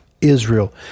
Israel